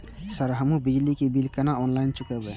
Sir हमू बिजली bill केना ऑनलाईन चुकेबे?